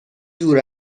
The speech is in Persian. دور